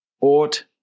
ought